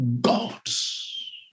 gods